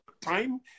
time